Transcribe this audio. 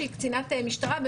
שהיא קצינת משטרה,